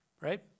right